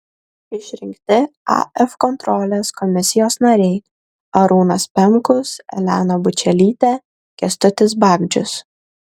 išrinkti af kontrolės komisijos nariai arūnas pemkus elena bučelytė kęstutis bagdžius